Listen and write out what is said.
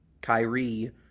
Kyrie